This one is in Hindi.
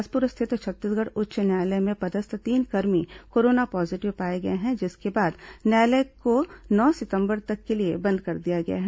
बिलासपुर स्थित छत्तीसगढ़ उच्च न्यायालय में पदस्थ तीन कर्मी कोरोना पॉजीटिव पाए गए हैं जिसके बाद न्यायालय को नौ सितंबर तक के लिए बंद कर दिया गया है